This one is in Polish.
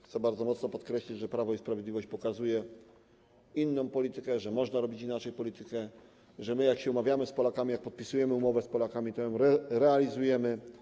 Chcę bardzo mocno podkreślić, że Prawo i Sprawiedliwość pokazuje inną politykę, że można robić inaczej politykę, że my jak się umawiamy z Polakami, jak podpisujemy umowę z Polakami, to ją realizujemy.